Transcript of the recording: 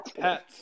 pets